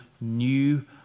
new